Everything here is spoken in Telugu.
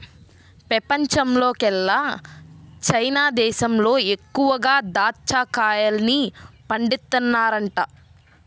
పెపంచంలోకెల్లా చైనా దేశంలో ఎక్కువగా దాచ్చా కాయల్ని పండిత్తన్నారంట